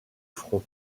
front